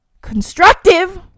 constructive